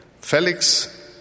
Felix